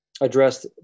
addressed